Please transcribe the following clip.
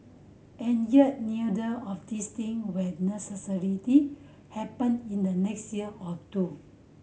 and yet neither the of these thing will necessarily happen in the next year or two